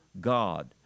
God